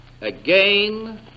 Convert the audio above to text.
again